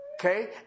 Okay